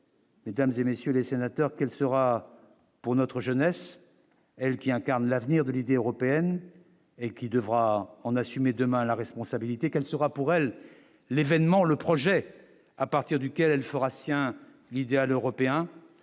Mesdames et messieurs les sénateurs, elle sera pour notre jeunesse, elle qui incarne l'avenir de l'idée européenne et qui devra en assumer demain la responsabilité, elle sera pour elle l'événement le projet à partir duquel elle fera sien l'idéal européen,